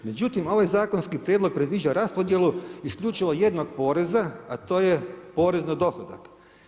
Međutim, ovaj zakonski prijedlog predviđa raspodjelu isključivo jednog poreza a to je porez na dohodak.